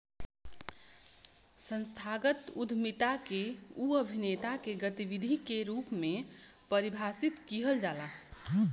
संस्थागत उद्यमिता के उ अभिनेता के गतिविधि के रूप में परिभाषित किहल जाला